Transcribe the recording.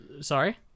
Sorry